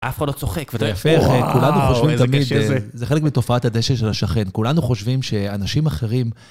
אף אחד לא צוחק, ואתה יפה אחי, ואווו כולנו חושבים תמיד... - זה קשה - זה חלק מתופעת הדשא של השכן, כולנו חושבים שאנשים אחרים...